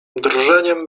drżeniem